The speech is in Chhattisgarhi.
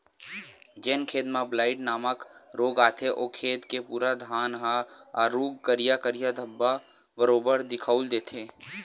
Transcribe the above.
जेन खेत म ब्लाईट नामक रोग आथे ओ खेत के पूरा धान ह आरुग करिया करिया धब्बा बरोबर दिखउल देथे